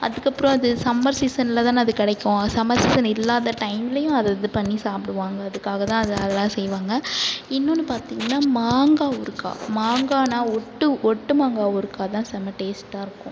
அதற்கப்றோ அது சம்மர் சீசனில் தன அது கிடைக்கும் சம்மர் சீசன் இல்லாத டைம்லியும் அது இது பண்ணி சாப்பிடுவாங்க அதுக்காக தான் அதை அதலாம் செய்வாங்க இன்னொன்று பாத்திங்கனா மாங்காய் ஊறுக்காய் மாங்கான்னா ஒட்டு ஒட்டு மாங்காய் ஊறுக்காய் தான் செம்ம டேஸ்ட்டாகருக்கும்